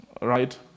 right